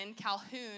Calhoun